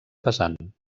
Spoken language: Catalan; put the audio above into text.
pesant